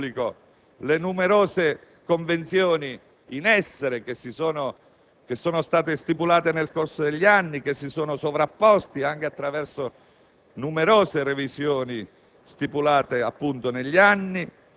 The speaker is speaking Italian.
rendere più efficaci e rispondenti all'interesse pubblico le numerose convenzioni in essere (che sono state stipulate nel corso degli anni e si sono sovrapposte, anche attraverso